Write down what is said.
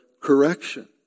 correction